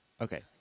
Okay